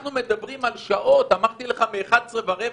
אנחנו מדברים על שעות אמרתי לך, מ-11:15